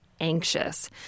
anxious